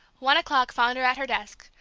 one o'clock found her at her desk,